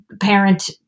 parent